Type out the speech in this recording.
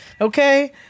Okay